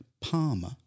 Palmer